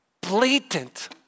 Blatant